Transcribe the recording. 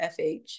FH